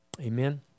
Amen